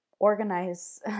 organize